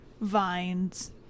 Vines